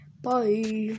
Bye